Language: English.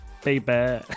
Baby